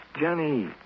Johnny